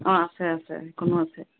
অ আছে আছে সেইখনো আছে